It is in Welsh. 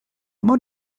mor